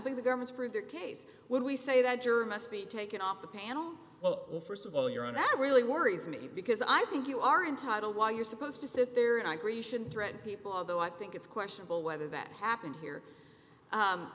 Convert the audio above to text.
think the government's prove their case when we say that juror must be taken off the panel well first of all your own that really worries me because i think you are entitled while you're supposed to sit there and i grecian threaten people although i think it's questionable whether that happened here